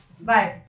bye